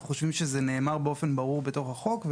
אנחנו חושבים שזה נאמר באופן ברור בתוך החוק.